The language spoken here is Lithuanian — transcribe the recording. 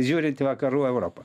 žiūrint į vakarų europą